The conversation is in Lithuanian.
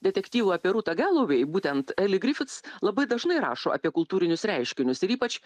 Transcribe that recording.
detektyvų apie rūtą galovei būtent eli grific labai dažnai rašo apie kultūrinius reiškinius ir ypač